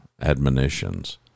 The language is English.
admonitions